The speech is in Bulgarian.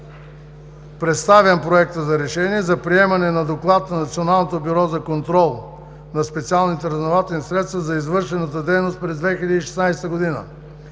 предложения Проект за решение за приемане на Доклад на Националното бюро за контрол на специалните разузнавателни средства за извършената дейност през 2016 г.,